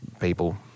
people